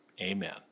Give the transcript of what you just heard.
amen